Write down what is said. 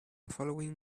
following